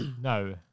No